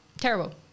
Terrible